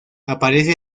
aparece